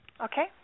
Okay